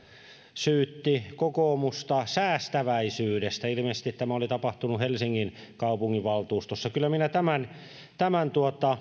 syytti kokoomusta säästäväisyydestä ilmeisesti tämä oli tapahtunut helsingin kaupunginvaltuustossa kyllä minä tämän tämän